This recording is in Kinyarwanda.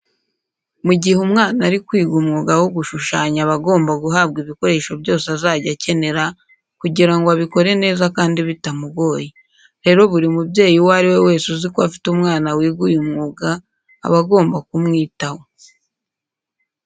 Mu gihe umwana ari kwiga umwuga wo gushushanya aba agomba guhabwa ibikoresho byose azajya akenera kugira ngo abikore neza kandi bitamugoye. Rero buri mubyeyi uwo ari we wese uzi ko afite umwana wiga uyu mwuga aba agomba kumwitaho.